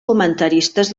comentaristes